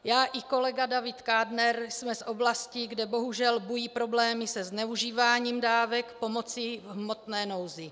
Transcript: Já i kolega David Kádner jsme z oblastí, kde bohužel bují problémy se zneužíváním dávek pomoci v hmotné nouzi.